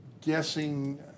guessing